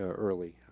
ah early.